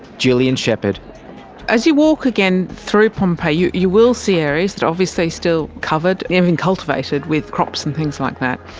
gillian shepherd as you walk again through pompeii you you will see areas that are obviously still covered, even cultivated with crops and things like that,